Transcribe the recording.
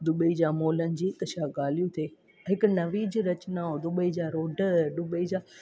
Dubai जे मॉलनि जी त छा ॻाल्हियूं थिए हिकु नवीज रचना दुबई जा रोड दुबई जा